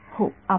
विद्यार्थी होय